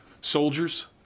soldiers